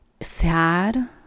sad